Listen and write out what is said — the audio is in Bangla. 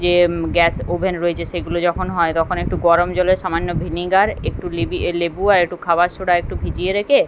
যে গ্যাস ওভেন রয়েছে সেগুলো যখন হয় তখন একটু গরম জলে সামান্য ভিনিগার একটু লিবি এ লেবু আর একটু খাবার সোডা একটু ভিজিয়ে রেখে